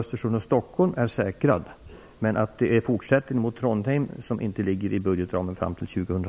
Stockholm är säkrad men att fortsättningen mot Trondheim inte inryms i budgetramen fram till 2003?